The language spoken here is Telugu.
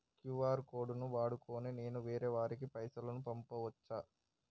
క్యూ.ఆర్ కోడ్ ను వాడుకొని నేను వేరే వారికి పైసలు పంపచ్చా?